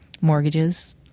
mortgages